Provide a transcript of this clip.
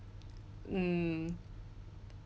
um